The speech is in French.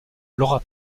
laura